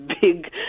big